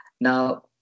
Now